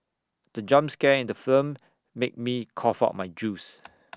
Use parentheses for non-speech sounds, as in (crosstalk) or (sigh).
the jump scare in the film made me cough out my juice (noise)